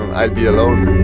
um i'll be alone